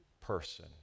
person